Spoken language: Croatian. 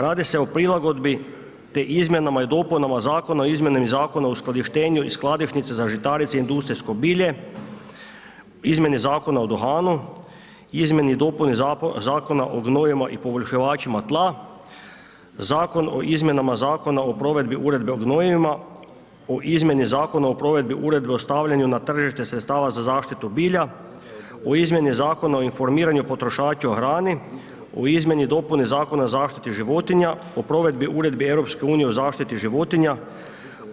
Radi se o prilagodbi, te izmjenama i dopunama Zakona o izmjenama Zakona o uskladištenju i skladišnici za žitarice i industrijsko bilje, izmjeni Zakona o duhanu, izmjeni i dopuni Zakona o gnojivima i poboljšivačima tla, Zakon o izmjenama Zakona o provedbi uredbe o gnojivima, o izmjeni Zakona o provedbi uredbe o stavljanju na tržište sredstava za zaštitu bilja, o izmjeni Zakona o informiranju potrošača o hrani, o izmjeni i dopuni Zakona o zaštiti životinja, o provedbi Uredbe EU o zaštiti životinja,